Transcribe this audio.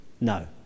No